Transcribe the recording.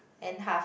and half